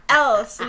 else